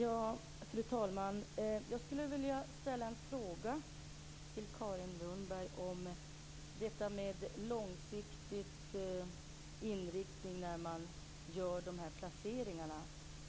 Fru talman! Jag skulle vilja ställa en fråga till Carin Lundberg om detta med långsiktig inriktning när man gör dessa placeringar.